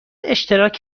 اشتراک